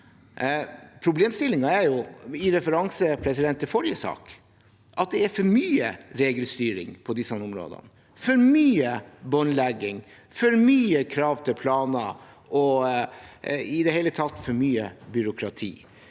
Problemstillingen er jo – med referanse til forrige sak – at det er for mye regelstyring på disse områdene, for mye båndlegging, for mye krav til planer og i det hele tatt for mye byråkrati.